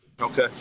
Okay